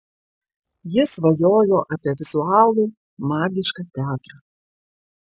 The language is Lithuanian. ji svajojo apie vizualų magišką teatrą